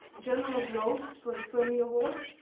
general groves for the fermi award,